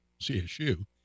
CSU